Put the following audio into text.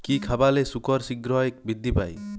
কি খাবালে শুকর শিঘ্রই বৃদ্ধি পায়?